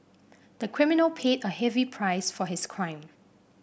the criminal paid a heavy price for his crime